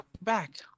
Back